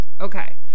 Okay